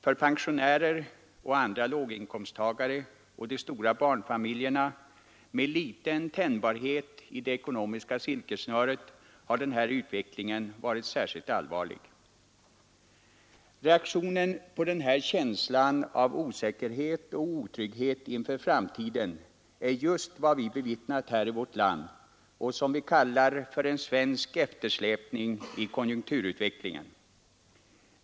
För pensionärer och andra låginkomsttagare samt för de stora barnfamiljerna med liten tänjbarhet i det ekonomiska silkessnöret har denna utveckling varit särskilt allvarlig. 121 Reaktionen på denna känsla av osäkerhet och otrygghet inför framtiden är just vad vi har bevittnat här i vårt land och som vi kallar för en svensk eftersläpning i konjunkturutvecklingen.